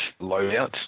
loadouts